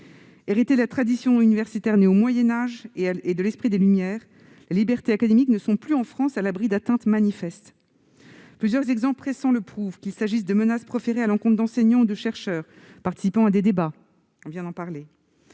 Héritées de la tradition universitaire née au Moyen Âge et de l'esprit des Lumières, les libertés académiques ne sont plus en France à l'abri d'atteintes manifestes. Plusieurs exemples récents le prouvent, qu'il s'agisse de menaces proférées à l'encontre d'enseignants ou de chercheurs participant à des débats, d'intimidations